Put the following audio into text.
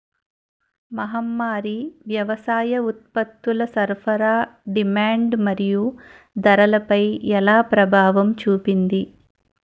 మహమ్మారి వ్యవసాయ ఉత్పత్తుల సరఫరా డిమాండ్ మరియు ధరలపై ఎలా ప్రభావం చూపింది?